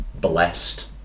blessed